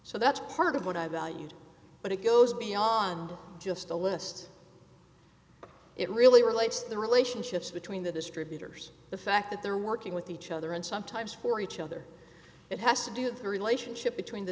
so that's part of what i valued but it goes beyond just a list it really relates to the relationships between the distributors the fact that they're working with each other and sometimes for each other it has to do with the relationship between the